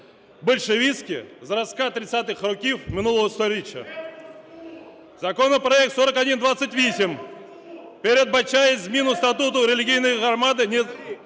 більшовицькі зразка 30-х років минулого сторіччя. Законопроект 4128 передбачає зміну статуту релігійної громади незначною